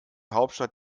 hauptstadt